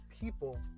people